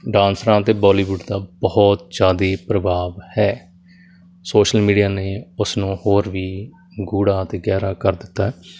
ਡਾਂਸਰਾਂ ਅਤੇ ਬੋਲੀਵੁੱਡ ਦਾ ਬਹੁਤ ਜ਼ਿਆਦਾ ਪ੍ਰਭਾਵ ਹੈ ਸ਼ੋਸ਼ਲ ਮੀਡੀਆ ਨੇ ਉਸ ਨੂੰ ਹੋਰ ਵੀ ਗੂੜ੍ਹਾ ਅਤੇ ਗਹਿਰਾ ਕਰ ਦਿੱਤਾ